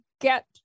get